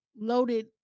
loaded